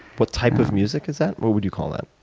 what type of music is that? what would you call that?